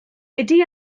wedi